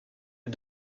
est